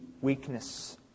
weakness